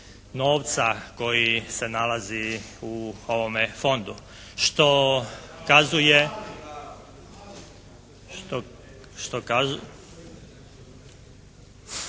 novca koji se nalazi u ovome Fondu što kazuje ……